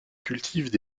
cultivent